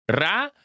Ra